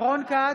רון כץ,